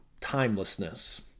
timelessness